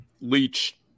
leech